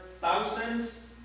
thousands